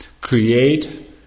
create